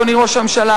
אדוני ראש הממשלה,